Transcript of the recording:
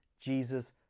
Jesus